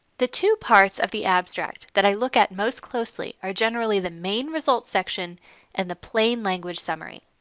the two parts of the abstract that i look at most closely are generally the main results section and the plain language summary.